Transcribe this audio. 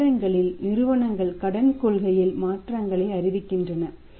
சில நேரங்களில் நிறுவனங்கள் கடன் கொள்கையில் மாற்றங்களை அறிவிக்கின்றன